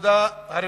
הנקודה הרביעית,